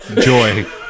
Joy